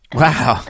wow